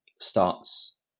starts